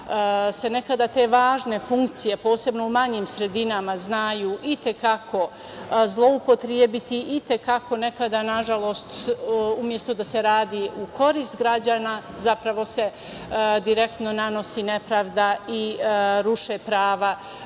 se nekada te važne funkcije, posebno u manjim sredinama, znaju i te kako zloupotrebi i nekada, nažalost, umesto da se radi u korist građana, zapravo se direktno nanosi nepravda i ruše prava